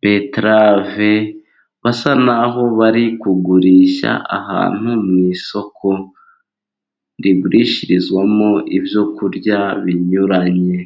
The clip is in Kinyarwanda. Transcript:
betirave, basa n'aho bari kugurisha, ahantu mu isoko rigurishirizwamo ibyo kurya binyuranye.